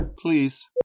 Please